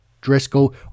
Driscoll